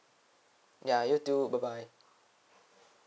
ya you too bye bye